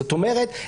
זאת אומרת,